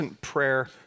prayer